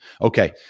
Okay